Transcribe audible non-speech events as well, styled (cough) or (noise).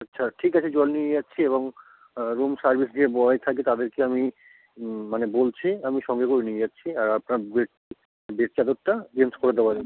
আচ্ছা ঠিক আছে জল নিয়ে যাচ্ছি এবং রুম সার্ভিস যে বয় থাকে তাদেরকে আমি মানে বলছি আমি সঙ্গে করে নিয়ে যাচ্ছি আর আপনার বেড বেড চাদরটা চেঞ্জ করে (unintelligible)